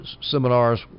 seminars